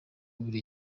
buri